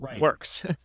works